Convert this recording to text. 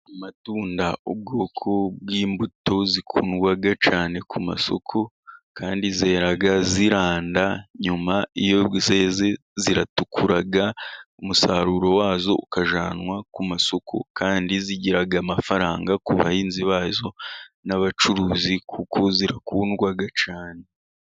Amatunda ubwoko bw'imbuto zikundwa cyane ku masoko, kandi zera ziranda. Nyuma iyo zeze ziratukura, umusaruro wazo ukajyanwa ku masoku, kandi zigira amafaranga ku bahinzi bazo n'abacuruzi, kuko zirakundwa cyane.